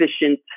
efficient